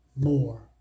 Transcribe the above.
more